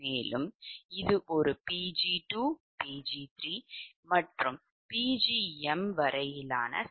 ஆக Pgi0இலிருந்துPgi0∆Pgi ஆனது